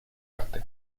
arte